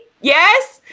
Yes